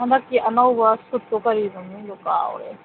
ꯍꯟꯗꯛꯀꯤ ꯑꯅꯧꯕ ꯁꯨꯠꯇꯣ ꯀꯔꯤ ꯃꯃꯤꯡꯅꯣ ꯀꯥꯎꯔꯦ